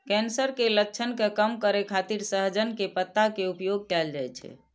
cancer के लक्षण के कम करै खातिर सहजन के पत्ता के उपयोग कैल जाइ छै